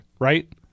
Right